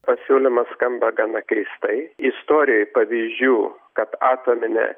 pasiūlymas skamba gana keistai istorijoj pavyzdžių kad atominę